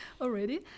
already